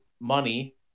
money